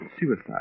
suicide